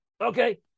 Okay